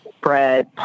bread